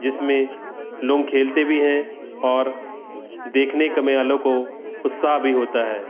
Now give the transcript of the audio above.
जिसमें लोंग खेलते भी हैं और देखने में वालों को उत्साह भी होता है